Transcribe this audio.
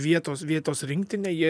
vietos vietos rinktinė jie